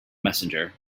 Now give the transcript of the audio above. messenger